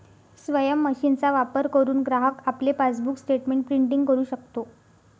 स्वयम मशीनचा वापर करुन ग्राहक आपले पासबुक स्टेटमेंट प्रिंटिंग करु शकतो